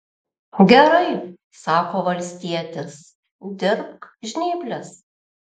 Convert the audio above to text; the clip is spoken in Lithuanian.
gerai sako valstietis dirbk žnyples